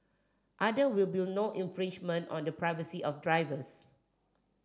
are there will no infringement on the privacy of drivers